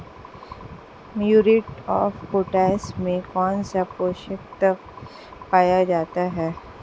Muriate of potash में कौन सा पोषक तत्व पाया जाता है?